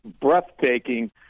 breathtaking